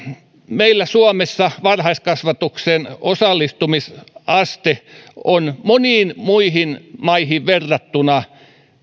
meillä suomessa varhaiskasvatuksen osallistumisaste on moniin muihin maihin verrattuna